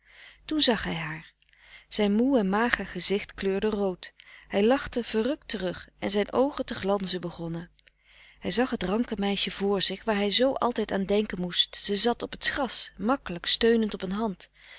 toen zag hij haar zijn moe en mager gezicht kleurde rood hij lachte verrukt terug en zijn oogen te glanzen begonnen hij zag het ranke meisje vr zich waar hij zoo altijd aan denken moest ze zat op t gras makkelijk steunend op een hand